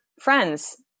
friends